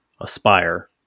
Aspire